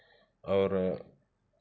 और